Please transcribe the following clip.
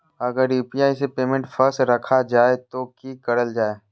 अगर यू.पी.आई से पेमेंट फस रखा जाए तो की करल जाए?